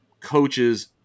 Coaches